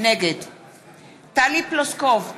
נגד טלי פלוסקוב,